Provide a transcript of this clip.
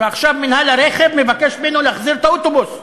ועכשיו מינהל הרכב מבקש ממנו להחזיר את האוטובוס.